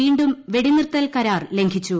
വീണ്ടും വെടിനിർത്തൽ കരാർ ലംഘിച്ചു